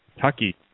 Tucky